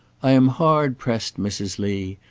i am hard pressed, mrs. lee.